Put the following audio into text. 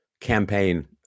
campaign